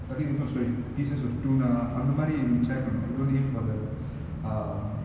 அதே:athe in~ so it pieces of tuna அந்தமாரி:anthamaari try பன்னுவாங்க:pannuvaanga don't him for the uh